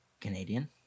Canadian